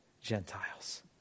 Gentiles